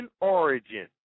origin